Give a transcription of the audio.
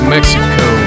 Mexico